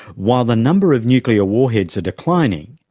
while the number of nuclear warheads are declining,